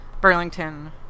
burlington